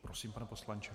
Prosím, pane poslanče.